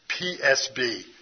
PSB